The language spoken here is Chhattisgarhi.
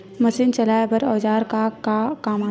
मशीन चलाए बर औजार का काम आथे?